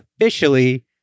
officially